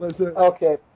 Okay